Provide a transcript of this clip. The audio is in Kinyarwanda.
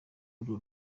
urwo